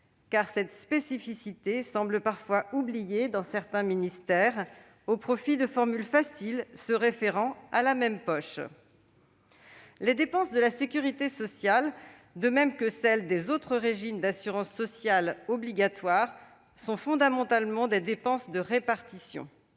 car cette spécificité semble parfois oubliée dans certains ministères au profit de formules faciles se référant à « la même poche ». Les dépenses de la sécurité sociale, de même que celle des autres régimes d'assurance sociale obligatoires, sont fondamentalement des dépenses de répartition.